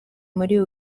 muri